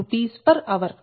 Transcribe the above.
3352 69481 Rshr